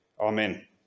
Amen